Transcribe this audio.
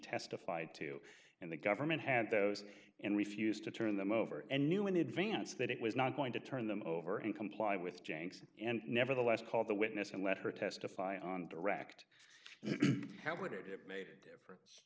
testified to and the government had those and refused to turn them over and knew in advance that it was not going to turn them over and comply with james and nevertheless call the witness and let her testify on direct how would it make a difference